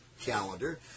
calendar